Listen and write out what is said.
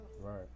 Right